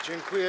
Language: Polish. Dziękuję.